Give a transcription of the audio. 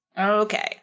Okay